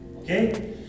okay